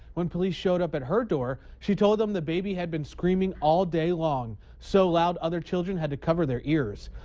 when police showed up at her door. she told them the baby had been screaming all day long. so loud other children had to cover their ears.